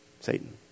Satan